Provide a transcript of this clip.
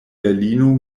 berlino